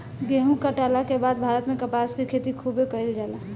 गेहुं काटला के बाद भारत में कपास के खेती खूबे कईल जाला